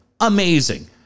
amazing